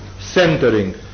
centering